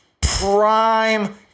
prime